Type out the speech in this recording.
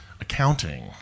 accounting